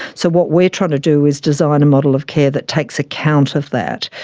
so what we are trying to do is design a model of care that takes account of that.